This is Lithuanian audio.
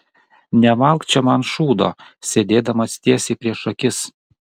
nemalk čia man šūdo sėdėdamas tiesiai prieš akis